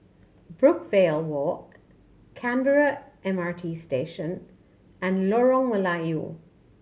Brookvale Walk Canberra M R T Station and Lorong Melayu